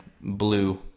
blue